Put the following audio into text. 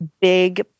big